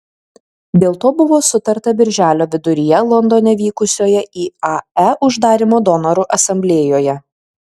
dėl to buvo sutarta birželio viduryje londone vykusioje iae uždarymo donorų asamblėjoje